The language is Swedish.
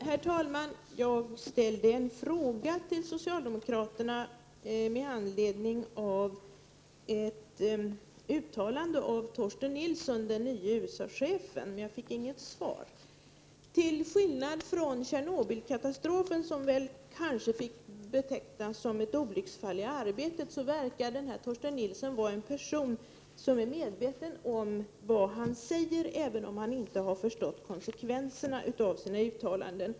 Herr talman! Jag ställde en fråga till socialdemokraterna med anledning av ett uttalande av Torsten Nilsson, den nye USA-chefen, men jag fick inget svar. Tjernobylkatastrofen fick kanske betecknas som ett olycksfall i arbetet. Men Torsten Nilsson verkar vara en person som är medveten om vad han säger, även om han inte har förstått konsekvenserna av sina uttalanden.